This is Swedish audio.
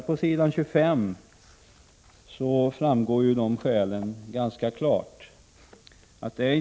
På s. 25 framgår de skälen ganska klart.